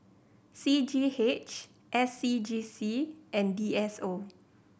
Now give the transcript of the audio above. C G H S C G C and D S O